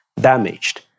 damaged